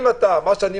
אם אתה חד-יומי